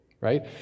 right